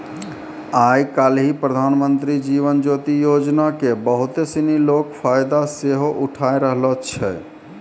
आइ काल्हि प्रधानमन्त्री जीवन ज्योति योजना के बहुते सिनी लोक फायदा सेहो उठाय रहलो छै